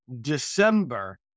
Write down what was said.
December